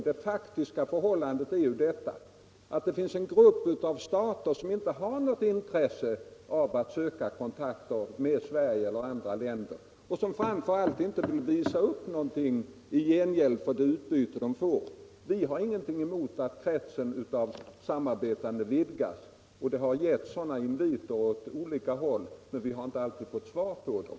Det faktiska förhållandet, herr Måbrink, är emellertid att det finns en grupp av stater som inte har något intresse av att söka kontakter med Sverige eller andra länder och som framför allt inte vill visa upp någonting i gengäld för vad de får. Vi har ingenting emot att kretsen av samarbetande vidgas, och det har getts sådana inviter åt olika håll. Men vi har inte alltid fått svar på dem.